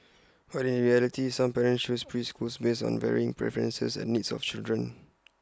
but in reality some parents choose preschools based on varying preferences and needs of children